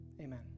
amen